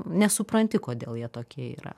nesupranti kodėl jie tokie yra